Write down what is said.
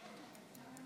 גברתי